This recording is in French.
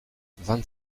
vingt